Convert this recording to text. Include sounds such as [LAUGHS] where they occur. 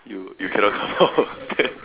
you you cannot come out from there [LAUGHS]